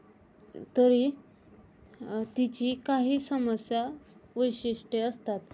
तरी तिची काही समस्या वैशिष्ट्यं असतात